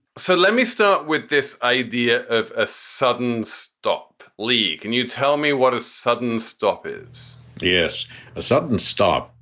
so let me start with this idea of a sudden stop leak. can you tell me what a sudden stop is this a sudden stop?